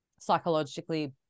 psychologically